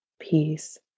peace